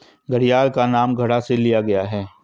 घड़ियाल का नाम घड़ा से लिया गया है